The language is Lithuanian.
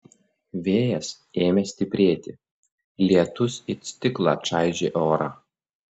vėjas ėmė stiprėti lietus it stiklą čaižė orą